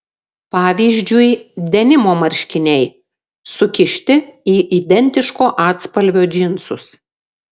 pavyzdžiui denimo marškiniai sukišti į identiško atspalvio džinsus